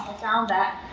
found that,